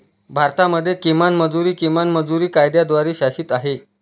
भारतामध्ये किमान मजुरी, किमान मजुरी कायद्याद्वारे शासित आहे